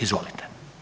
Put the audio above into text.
Izvolite.